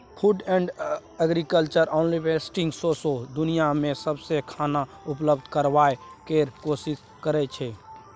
food and agriculture organisation सौंसै दुनियाँ मे सबकेँ खाना उपलब्ध कराबय केर कोशिश करइ छै